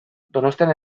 donostian